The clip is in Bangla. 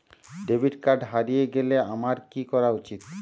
ডেবিট কার্ড হারিয়ে গেলে আমার কি করা উচিৎ?